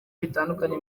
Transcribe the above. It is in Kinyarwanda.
bitandukanye